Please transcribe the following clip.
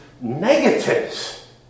negatives